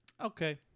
okay